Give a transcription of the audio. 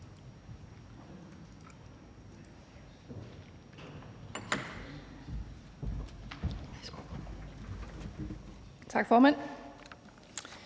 Tak, formand.